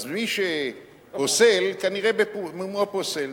אז מי שפוסל, כנראה במומו פוסל.